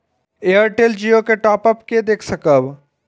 Airtel Jio के top up के देख सकब?